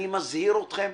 אני מזהיר אתכם,